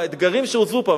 והאתגרים שהוצבו פה,